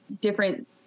different